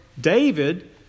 David